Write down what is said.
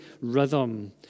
rhythm